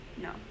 No